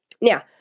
Now